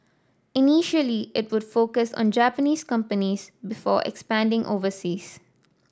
initially it would focus on Japanese companies before expanding overseas